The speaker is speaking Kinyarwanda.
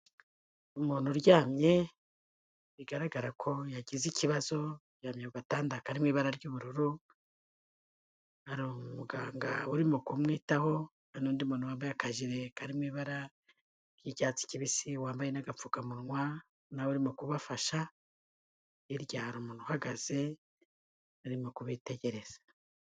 Umuntu uryamye bigaragara ko yagize ikibazo uryamye kugatanda karimo ibara ry'ubururu, hari umuganga urimo kumwitaho n'undi muntu wambaye akajire karimo ibara ry'icyatsi kibisi wambaye n'agapfukamunwa. Na we urimo kubafasha, hirya hari umuntu uhagaze arimo kubitegereza.